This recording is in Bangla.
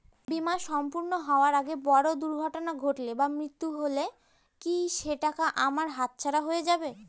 বীমা সম্পূর্ণ হওয়ার আগে বড় দুর্ঘটনা ঘটলে বা মৃত্যু হলে কি সেইটাকা আমার হাতছাড়া হয়ে যাবে?